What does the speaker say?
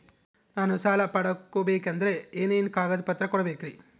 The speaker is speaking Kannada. ನಾನು ಸಾಲ ಪಡಕೋಬೇಕಂದರೆ ಏನೇನು ಕಾಗದ ಪತ್ರ ಕೋಡಬೇಕ್ರಿ?